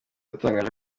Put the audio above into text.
yatangaje